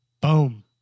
Boom